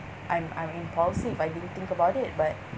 I'm I'm impulsive I didn't think about it but